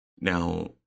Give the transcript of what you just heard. Now